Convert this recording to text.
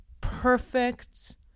perfect